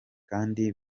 kandi